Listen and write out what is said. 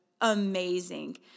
amazing